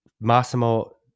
Massimo